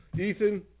Ethan